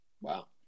Wow